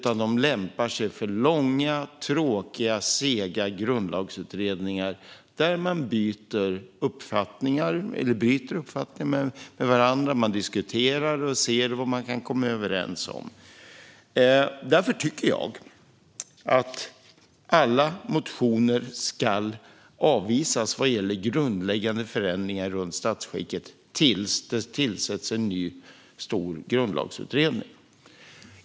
De lämpar sig för långa, tråkiga, sega grundlagsutredningar där man byter uppfattningar med varandra, diskuterar och ser vad man kan komma överens om. Därför tycker jag att alla motioner om grundläggande förändringar runt statsskicket ska avvisas tills det tillsätts en ny, stor grundlagsutredning.